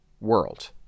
world